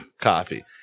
coffee